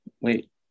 Wait